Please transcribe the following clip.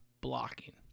blocking